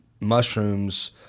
mushrooms